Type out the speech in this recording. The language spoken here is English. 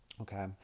okay